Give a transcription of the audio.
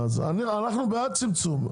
אנחנו בעד צמצום,